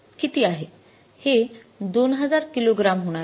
हे २००० किलोग्रॅम होणार आहे